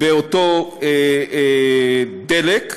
באותו הדלק,